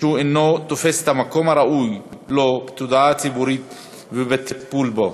שהוא אינו תופס את המקום הראוי לו בתודעה הציבורית ובטיפול בו.